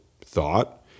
thought